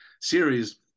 series